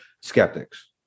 skeptics